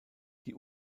die